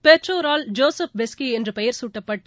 பெற்றோரால் Joseph பிஸ்கி என்று பெயர் குட்டப்பட்டு